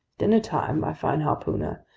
dinnertime, my fine harpooner?